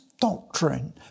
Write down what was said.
doctrine